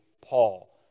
Paul